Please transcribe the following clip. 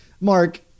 Mark